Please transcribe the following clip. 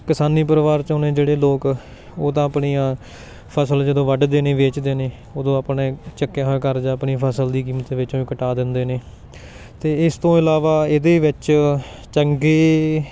ਕਿਸਾਨੀ ਪਰਿਵਾਰ 'ਚੋਂ ਨੇ ਜਿਹੜੇ ਲੋਕ ਉਹ ਤਾਂ ਆਪਣੀਆਂ ਫਸਲ ਜਦੋਂ ਵੱਢਦੇ ਨੇ ਵੇਚਦੇ ਨੇ ਉਦੋਂ ਆਪਣੇ ਚੱਕਿਆ ਹੋਇਆ ਕਰਜ਼ਾ ਆਪਣੀ ਫਸਲ ਦੀ ਕੀਮਤ ਵਿੱਚੋਂ ਹੀ ਕਟਾ ਦਿੰਦੇ ਨੇ ਅਤੇ ਇਸ ਤੋਂ ਇਲਾਵਾ ਇਹਦੇ ਵਿੱਚ ਚੰਗੇ